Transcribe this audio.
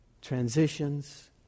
transitions